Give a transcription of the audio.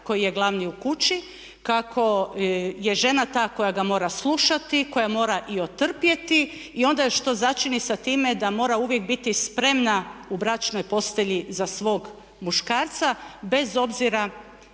koji je glavni u kući, kako je žena ta koja ga mora slušati, koja mora i otrpjeti. I onda još to začini sa time da mora uvijek biti spremna u bračnoj postelji za svog muškarca bez obzira